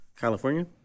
California